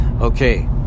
Okay